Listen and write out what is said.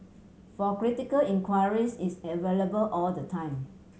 for critical inquiries it's available all the time